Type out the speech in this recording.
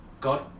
God